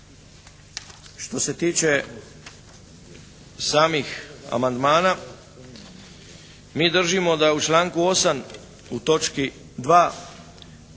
što se tiče samih amandmana mi držimo da u članku 8. u točki 2.